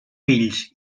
fills